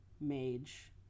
mage